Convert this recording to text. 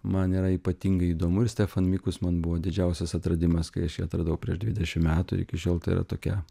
man yra ypatingai įdomu ir stefan mikus man buvo didžiausias atradimas kai aš jį atradau prieš dvidešim metų ir iki šiol tai yra tokia